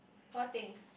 what thing